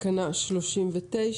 תקנה 39,